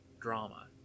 drama